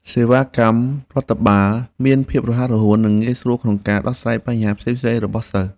សេវាកម្មរដ្ឋបាលមានភាពរហ័សរហួននិងងាយស្រួលក្នុងការដោះស្រាយបញ្ហាផ្សេងៗរបស់សិស្ស។